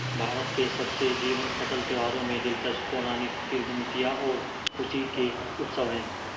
भारत के सबसे जीवंत फसल त्योहारों में दिलचस्प पौराणिक किंवदंतियां और खुशी के उत्सव है